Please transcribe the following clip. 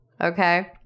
Okay